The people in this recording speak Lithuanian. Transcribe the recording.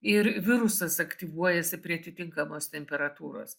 ir virusas aktyvuojasi prie atitinkamos temperatūros